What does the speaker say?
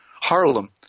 Harlem